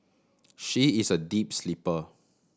she is a deep sleeper